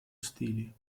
stili